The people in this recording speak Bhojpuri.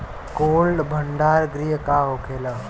कोल्ड भण्डार गृह का होखेला?